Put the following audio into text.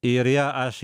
ir ją aš